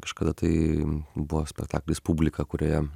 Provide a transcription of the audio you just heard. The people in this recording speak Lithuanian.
kažkada tai buvo spektaklis publika kurioje